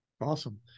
Awesome